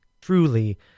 truly